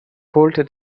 holte